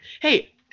Hey –